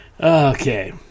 Okay